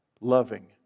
loving